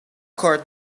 cord